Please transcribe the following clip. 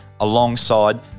alongside